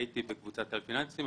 הייתי בקבוצת כלל פיננסים,